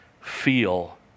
feel